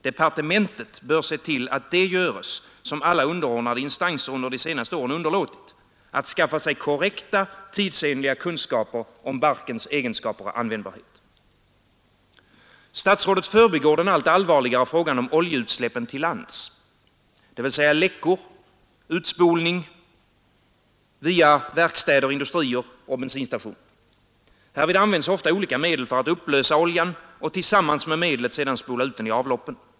Departementet bör se till att dessa — vilket alla underordnade instanser under de senaste åren underlåtit — skaffar sig korrekta, tidsenliga kunskaper om barkens egenskaper och användbarhet. Statsrådet förbigår den allt allvarligare frågan om oljeutsläppen till lands — dvs. läckor, utspolning via verkstäder, industrier och bensinstationer. Härvid används ofta olika medel för att upplösa oljan och tillsammans med medlet sedan spola ut den i avloppen.